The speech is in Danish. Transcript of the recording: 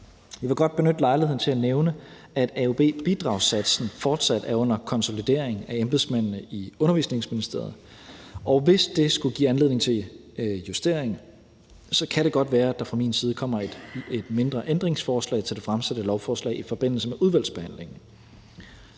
Jeg vil godt benytte lejligheden til at nævne, at AUB-bidragssatsen fortsat er under konsolidering af embedsmændene i Undervisningsministeriet. Og hvis det skulle give anledning til justering, kan det godt være, at der fra min side kommer et mindre ændringsforslag til det fremsatte lovforslag i forbindelse med udvalgsbehandlingen.